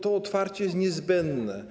To otwarcie jest niezbędne.